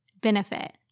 benefit